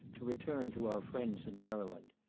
to return to our friends in maryland.